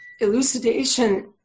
elucidation